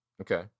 Okay